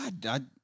God